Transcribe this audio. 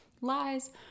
lies